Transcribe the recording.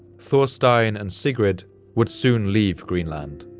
thorstein and sigrid would soon leave greenland,